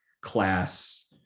class